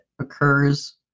occurs